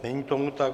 Není tomu tak.